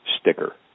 sticker